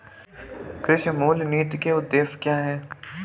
कृषि मूल्य नीति के उद्देश्य क्या है?